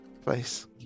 place